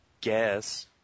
guess